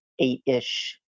eight-ish